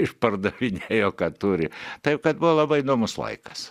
išpardavinėjo ką turi taip kad buvo labai įdomus laikas